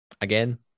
Again